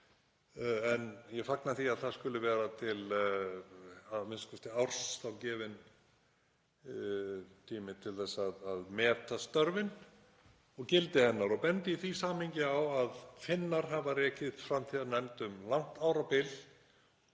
en ég fagna því að það skuli vera til a.m.k. árs gefinn tími til að meta störfin og gildi hennar. Ég bendi í því samhengi á að Finnar hafa rekið framtíðarnefnd um langt árabil